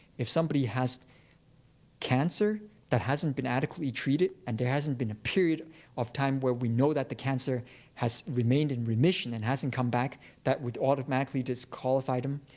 if somebody has cancer that hasn't been adequately treated and there hasn't been a period of time where we know that the cancer has remained in remission and hasn't come back, that would automatically disqualify them.